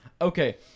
Okay